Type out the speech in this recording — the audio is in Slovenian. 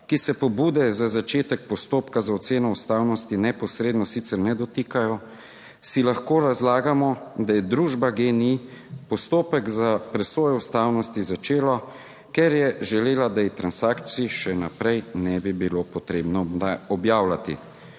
ki se pobude za začetek postopka za oceno ustavnosti neposredno sicer ne dotikajo, si lahko razlagamo, da je družba GEN-I postopek za presojo ustavnosti začelo, ker je želela, da ji transakcij še naprej ne bi bilo potrebno objavljati.